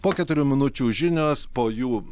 po keturių minučių žinios po jų